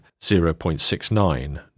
0.69